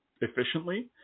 efficiently